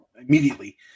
immediately